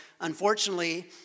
unfortunately